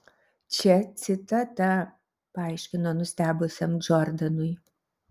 čia citata paaiškino nustebusiam džordanui